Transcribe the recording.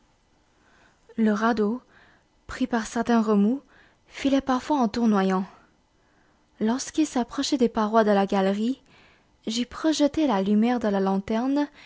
le radeau pris par certains remous filait parfois en tournoyant lorsqu'il s'approchait des parois de la galerie j'y projetais la lumière de la lanterne